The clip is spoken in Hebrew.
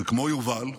וכמו יובל,